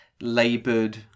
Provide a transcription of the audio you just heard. laboured